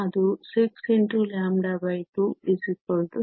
ಅದು 62 6a